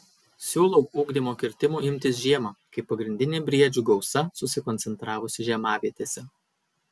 siūlau ugdymo kirtimų imtis žiemą kai pagrindinė briedžių gausa susikoncentravusi žiemavietėse